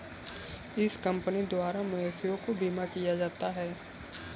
इस कंपनी द्वारा मवेशियों का बीमा किया जाता है